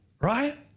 right